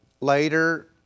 later